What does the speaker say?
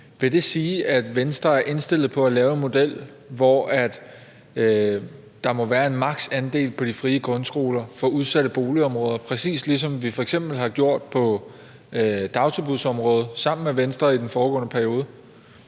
Vil det sige, at Venstre er indstillet på at lave en model, hvor der må være en maks andel på de frie grundskoler for udsatte boligområder, præcis ligesom vi har gjort på dagtilbudsområdet sammen med Venstre i den foregående periode?